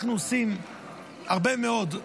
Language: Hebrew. אנחנו עושים הרבה מאוד,